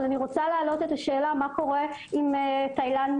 אבל אני רוצה להעלות את השאלה מה קורה אם תאילנדי